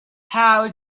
how